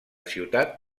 ciutat